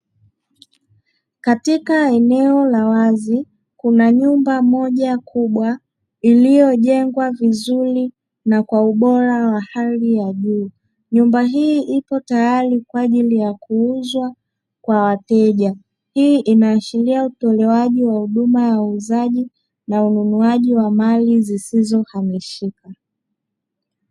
Katika eneo la wazi kuna nyumba moja kubwa, iliyojengwa vizuri na kwa ubora wa hali ya juu. Nyumba hii ipo tayari kwaajili ya kuuzwa kwa wateja; hii inaashiria utolewaji wa huduma ya uuzaji na ununuaji wa mali zisizo hamishika.